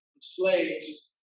slaves